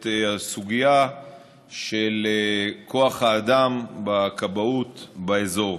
את הסוגיה של כוח האדם בכבאות באזור.